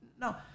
no